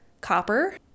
copper